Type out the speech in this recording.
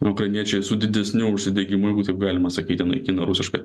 ukrainiečiai su didesniu užsidegimu jeigu taip galima sakyti naikina rusišką